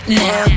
now